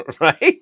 Right